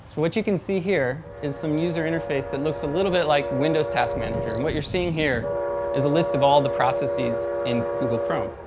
what you can see here is some user interface that looks a little bit like windows task manager. and what you're seeing here is a list of all the processes in google chrome.